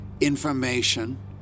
Information